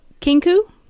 Kinku